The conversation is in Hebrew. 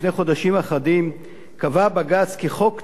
לפני חודשים אחדים קבע בג"ץ כי חוק טל,